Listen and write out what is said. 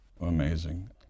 Amazing